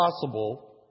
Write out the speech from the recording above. possible